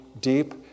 deep